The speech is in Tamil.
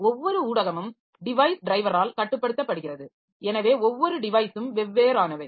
ஒவ்வொரு ஊடகமும் டிவைஸ் ட்ரைவரால் கட்டுப்படுத்தப்படுகிறது எனவே ஒவ்வொரு டிவைஸும் வெவ்வேறானவை